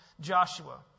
Joshua